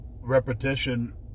repetition